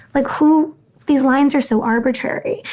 like who these lines are so arbitrary.